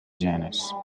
genus